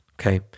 okay